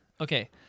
Okay